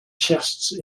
chests